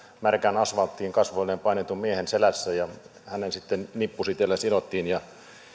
märkään asfalttiin kasvoilleen painetun miehen selässä ja hänet sitten nippusiteillä sidottiin ja